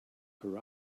her